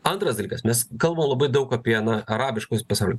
antras dalykas mes kalbam labai daug apie na arabiškus pasauliui